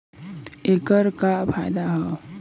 ऐकर का फायदा हव?